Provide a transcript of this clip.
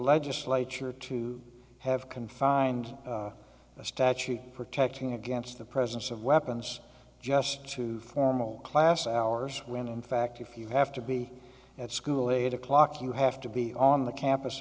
legislature to have confined a statute protecting against the presence of weapons just to formal class hours when in fact if you have to be at school eight o'clock you have to be on the campus